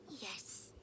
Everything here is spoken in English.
yes